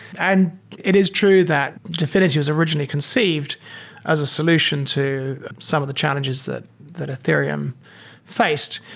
and it is true that dfinity was originally conceived as a solution to some of the challenges that that ethereum faced,